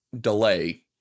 delay